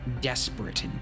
desperate